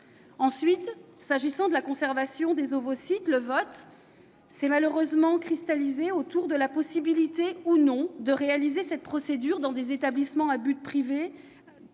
s'agissant de la conservation des ovocytes, le vote s'est malheureusement cristallisé autour de la possibilité- ou de l'impossibilité -de réaliser cette procédure dans des établissements privés